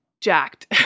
jacked